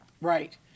right